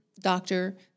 doctor